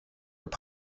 were